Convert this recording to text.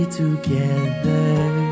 together